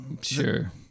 Sure